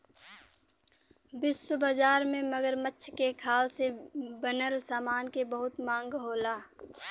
विश्व बाजार में मगरमच्छ के खाल से बनल समान के बहुत मांग होला